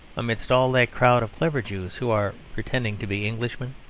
amidst all that crowd of clever jews who are pretending to be englishmen.